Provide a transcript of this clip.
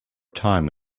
time